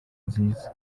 nziza